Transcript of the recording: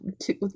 two